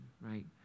right